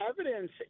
evidence